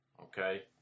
okay